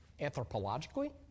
Anthropologically